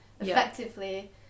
effectively